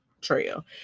trail